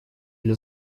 для